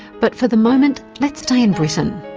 but for the moment, let's stay in britain.